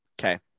Okay